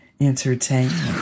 entertainment